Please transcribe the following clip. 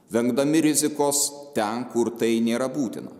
vengdami rizikos ten kur tai nėra būtina